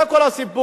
זה כל הסיפור.